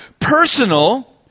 personal